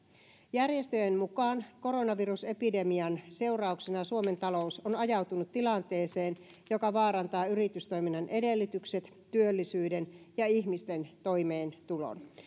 järjestöjen mukaan koronavirusepidemian seurauksena suomen talous on ajautunut tilanteeseen joka vaarantaa yritystoiminnan edellytykset työllisyyden ja ihmisten toimeentuloon